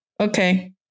Okay